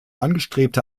angestrebte